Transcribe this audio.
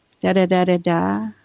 da-da-da-da-da